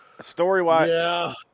Story-wise